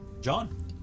John